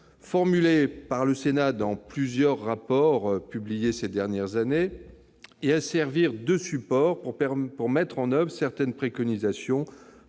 formulées par le Sénat dans plusieurs rapports publiés ces dernières années et, d'autre part, à servir de support pour mettre en oeuvre certaines préconisations